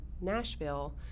Nashville